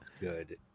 good